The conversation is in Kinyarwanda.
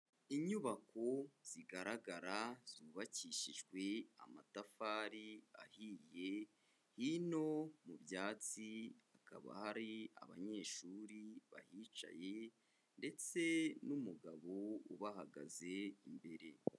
Inyubako zigaragara zubakishijwe amatafari ahiye, hino mu byatsi hakaba hari abanyeshuri bahicaye ndetse n'umugabo ubahagaze imbere.